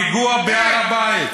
הפיגוע בהר הבית,